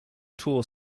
tour